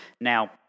Now